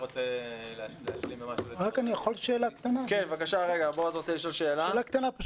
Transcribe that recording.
שאלה קטנה על